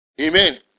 Amen